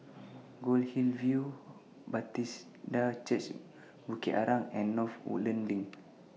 Goldhill View Bethesda Church Bukit Arang and North Woodlands LINK